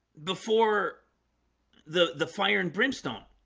before the the fire and brimstone,